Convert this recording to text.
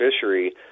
fishery